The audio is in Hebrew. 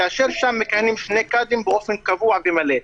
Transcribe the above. כאשר שם מכהנים שני קאדים באופן קבוע ומלא,